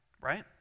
right